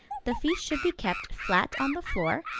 the feet should be kept flat on the floor,